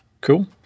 Cool